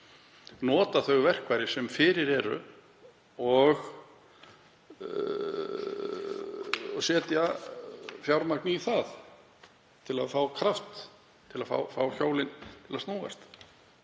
nota þau verkfæri sem fyrir eru og setja fjármagn í það til að fá kraft, fá hjólin til að snúast.